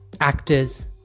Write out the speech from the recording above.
Actors